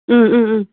ꯎꯝ ꯎꯝ ꯎꯝ